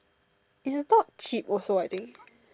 and I thought cheap also I think